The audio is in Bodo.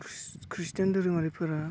खृष्टान धोरोमारिफोरा